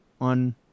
on